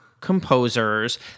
composers